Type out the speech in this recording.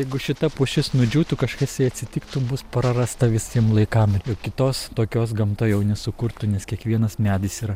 jeigu šita pušis nudžiūtų kažkas jai atsitiktų bus prarasta visiem laikam ir jau kitos tokios gamta jau nesukurtų nes kiekvienas medis yra